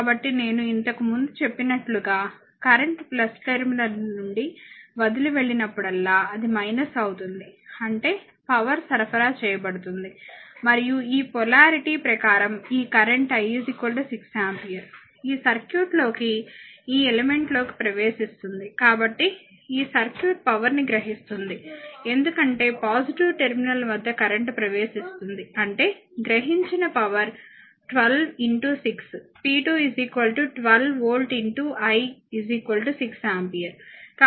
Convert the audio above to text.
కాబట్టినేను ఇంతకు ముందు చెప్పినట్లు గా కరెంట్ టెర్మినల్ నుండి వదిలి వెళ్ళినప్పుడల్లా అది అవుతుంది అంటేపవర్ సరఫరా చేయబడుతుంది మరియు ఈ పొలారిటీ ప్రకారం ఈ కరెంట్ I 6 ఆంపియర్ ఈ సర్క్యూట్ లోకి ఈ ఎలిమెంట్ లోకి ప్రవేశిస్తుంది కాబట్టి ఈ సర్క్యూట్ పవర్ ని గ్రహిస్తుంది ఎందుకంటే పాజిటివ్ టెర్మినల్ వద్ద కరెంట్ ప్రవేశిస్తుంది అంటే గ్రహించిన power 12 6 p2 12 volt I 6 ampere